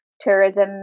tourism